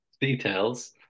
details